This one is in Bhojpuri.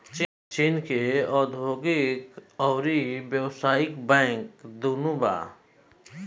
चीन के औधोगिक अउरी व्यावसायिक बैंक दुनो बा